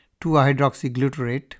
2-hydroxyglutarate